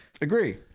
agree